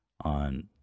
on